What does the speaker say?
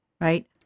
right